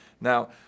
Now